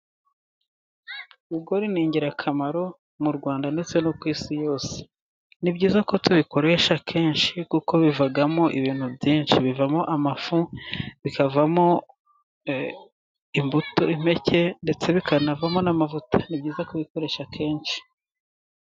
Ibigori ni ingirakamaro mu Rwanda ndetse no ku isi yose. Ni byiza ko tubikoresha kenshi kuko bivamo ibintu byinshi: bivamo amafu, bikavamo imbuto, impeke ndetse bikanavamo n'amavuta. Ni byiza kubikoresha kenshi.